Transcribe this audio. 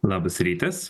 labas rytas